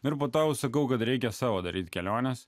turbūt tau sakau kad reikia savo daryti keliones